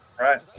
Right